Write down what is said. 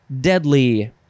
Deadly